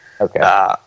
Okay